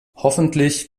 hoffentlich